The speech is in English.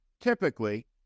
typically